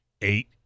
eight